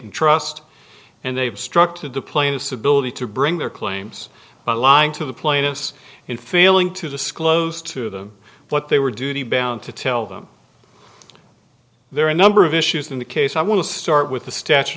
and trust and they've struck to the plaintiff's ability to bring their claims by lying to the plaintiffs in failing to disclose to them what they were duty bound to tell them there are a number of issues in the case i want to start with the statute